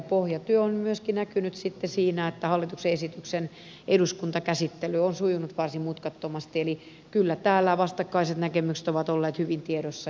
pohjatyö on myöskin näkynyt sitten siinä että hallituksen esityksen eduskuntakäsittely on sujunut varsin mutkattomaksi eli kyllä täällä vastakkaiset näkemykset ovat olleet hyvin tiedossa